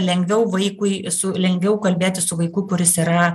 lengviau vaikui su lengviau kalbėtis su vaiku kuris yra